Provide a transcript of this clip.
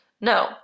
No